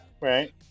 Right